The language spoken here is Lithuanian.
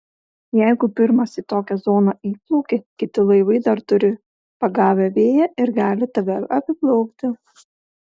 jeigu pirmas į tokią zoną įplauki kiti laivai dar turi pagavę vėją ir gali tave apiplaukti